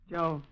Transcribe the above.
Joe